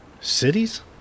Cities